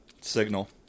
Signal